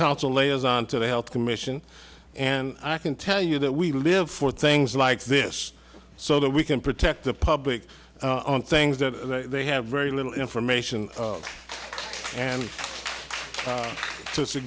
council liaison to the health commission and i can tell you that we live for things like this so that we can protect the public on things that they have very little information and